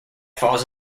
falls